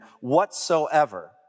whatsoever